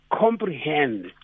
comprehend